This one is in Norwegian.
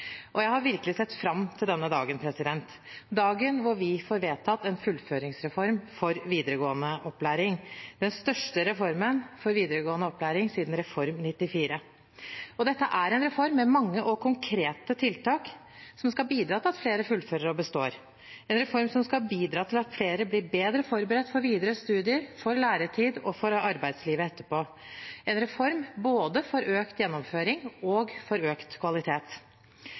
Jeg har virkelig sett fram til denne dagen, dagen hvor vi får vedtatt en fullføringsreform for videregående opplæring – den største reformen for videregående opplæring siden Reform 94. Dette er en reform med mange og konkrete tiltak som skal bidra til at flere fullfører og består, en reform som skal bidra til at flere blir bedre forberedt for videre studier, for læretid og for arbeidslivet etterpå, og en reform både for økt gjennomføring og for økt kvalitet.